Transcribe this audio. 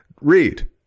Read